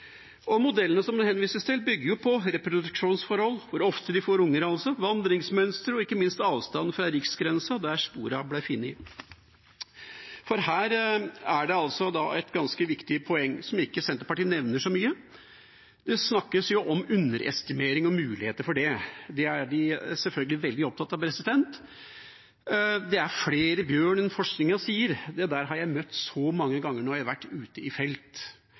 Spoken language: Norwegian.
Modellene som det henvises til, bygger på reproduksjonsforhold, altså hvor ofte de får unger, vandringsmønster og ikke minst avstanden fra riksgrensa, der sporene ble funnet. Her er det et ganske viktig poeng, som Senterpartiet ikke nevner så mye. Det snakkes jo om underestimering og muligheter for det. Det er vi selvfølgelig veldig opptatt av. Utsagnet «det er flere bjørner enn forskningen sier» har jeg møtt så mange ganger når jeg har vært ute i felt.